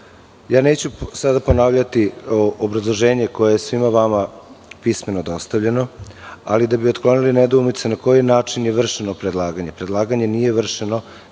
celini. Neću sada ponavljati obrazloženje koje je svima vama pismeno dostavljeno, ali da bi otklonili nedoumice na koji je način je vršeno predlaganje - predlaganje nije vršeno